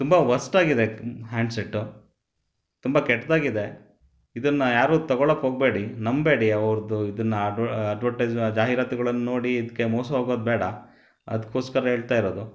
ತುಂಬ ವರ್ಸ್ಟ್ ಆಗಿದೆ handset ತುಂಬ ಕೆಟ್ಟದಾಗಿದೆ ಇದನ್ನು ಯಾರೂ ತಗೋಳೋಕೆ ಹೋಗಬೇಡಿ ನಂಬಬೇಡಿ ಅವ್ರದ್ದು ಇದನ್ನ ಅಡ್ವರ್ಟೈಸ್ ಜಾಹಿರಾತುಗಳನ್ನು ನೋಡಿ ಇದಕ್ಕೆ ಮೋಸ ಹೋಗೋದು ಬೇಡ ಅದಕ್ಕೋಸ್ಕರ ಹೇಳ್ತಾ ಇರೋದು